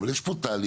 אבל יש פה תהליך,